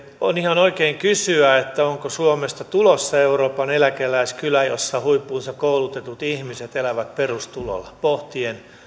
on ihan oikein kysyä onko suomesta tulossa euroopan eläkeläiskylä jossa huippuunsa koulutetut ihmiset elävät perustulolla pohtien